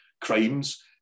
crimes